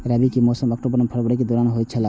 रबी के मौसम अक्टूबर से फरवरी के दौरान होतय छला